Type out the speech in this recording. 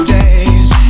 days